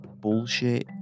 bullshit